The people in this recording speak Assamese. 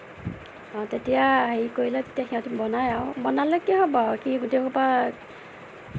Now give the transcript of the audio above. অ তেতিয়া হেৰি কৰিলে তেতিয়া সিহঁতে বনায় আৰু বনালে কি হ'ব আৰু কি গোটেইসোপা